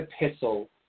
epistle